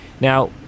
Now